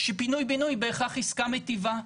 שפינוי בינוי היא בהכרח עסקה מיטיבה.